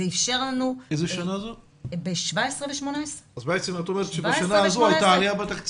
את אומרת שבשנה הזאת הייתה עלייה בתקציב.